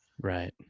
Right